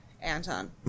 Anton